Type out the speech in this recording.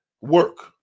work